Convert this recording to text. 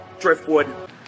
Driftwood